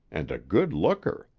and a good-looker!